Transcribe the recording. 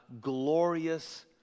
glorious